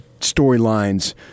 storylines